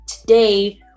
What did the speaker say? today